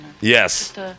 Yes